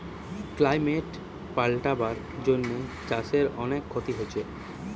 climate পাল্টাবার জন্যে চাষের অনেক ক্ষতি হচ্ছে